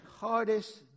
hardest